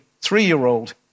Three-year-old